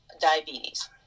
diabetes